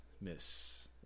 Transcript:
Miss